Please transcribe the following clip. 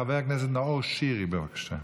חבר הכנסת נאור שירי, בבקשה.